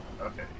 okay